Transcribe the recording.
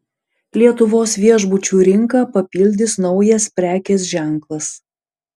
lietuvos viešbučių rinką papildys naujas prekės ženklas